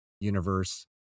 universe